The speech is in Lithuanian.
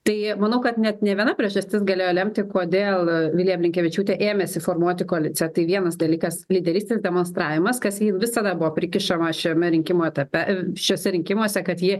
tai manau kad net ne viena priežastis galėjo lemti kodėl vilija blinkevičiūtė ėmėsi formuoti koaliciją tai vienas dalykas lyderystės demonstravimas kas jai visada buvo prikišama šiame rinkimų etape šiuose rinkimuose kad ji